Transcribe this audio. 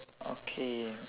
okay